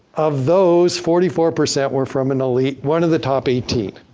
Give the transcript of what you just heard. of those forty four percent were from an elite, one of the top eighteen.